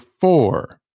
four